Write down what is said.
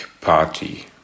party